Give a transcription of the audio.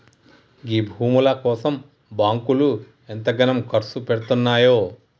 గీ భూముల కోసం బాంకులు ఎంతగనం కర్సుపెడ్తున్నయో